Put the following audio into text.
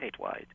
statewide